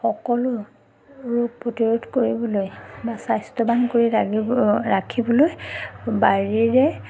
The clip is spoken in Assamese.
সকলো ৰোগ প্ৰতিৰোধ কৰিবলৈ বা স্বাস্থ্যৱান কৰি ৰাখিব ৰাখিবলৈ বাৰীৰে